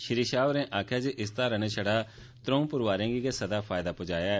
श्री शाह होरें आखेआ जे इस धारा नै छड़ा त्रौं परोआरें गी गै फायदा प्जाया ऐ